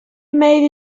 made